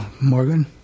Morgan